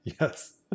Yes